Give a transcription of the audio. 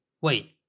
Wait